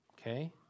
Okay